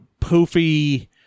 poofy